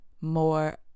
more